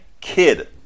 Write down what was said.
kid